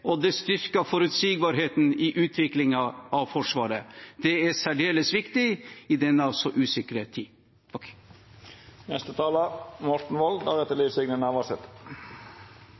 og det styrker forutsigbarheten i utviklingen av Forsvaret. Det er særdeles viktig i denne så